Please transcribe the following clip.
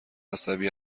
عصبی